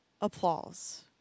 applause